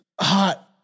hot